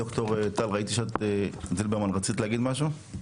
ד"ר טל זילברמן ראיתי שרצית להגיד משהו?